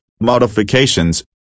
modifications